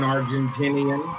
Argentinian